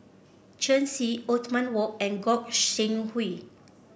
Shen Xi Othman Wok and Gog Sing Hooi